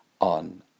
on